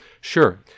Sure